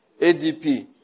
ADP